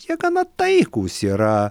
jie gana taikūs yra